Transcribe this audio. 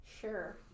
Sure